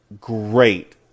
great